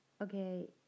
okay